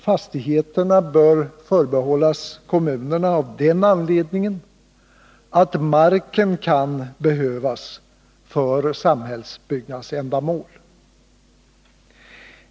Fastigheterna bör förbehållas kommunerna också av den anledningen att marken kan behövas för samhällsbyggnadsändamål.